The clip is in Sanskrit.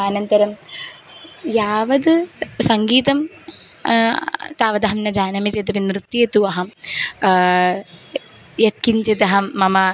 अनन्तरं यावद् सङ्गीतं तावदहं न जानामि चेदपि नृत्ये तु अहं यत्किञ्चित् अहं मम